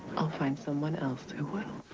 i'll find someone else who will.